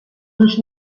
ulls